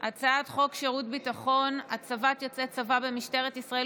הצעת חוק שירות ביטחון (הצבת יוצאי צבא במשטרת ישראל